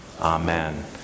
Amen